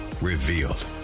Revealed